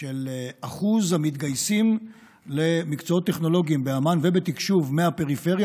של אחוז המתגייסים למקצועות טכנולוגיים באמ"ן ובתקשוב מהפריפריה,